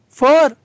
four